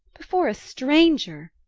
before a stranger?